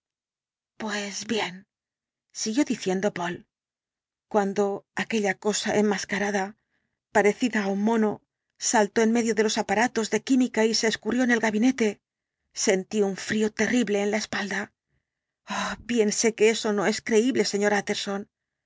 pues bien siguió diciendo poole cuando aquella cosa enmascarada parecida la ultima noche á un mono saltó en medio do los aparatos de química y se escurrió en el gabinete sentí un frío terrible en la espalda oh bien sé que eso no es creíble sr utterson